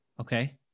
Okay